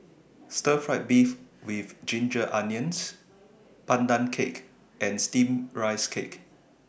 Stir Fry Beef with Ginger Onions Pandan Cake and Steamed Rice Cake